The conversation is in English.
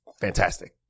Fantastic